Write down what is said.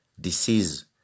disease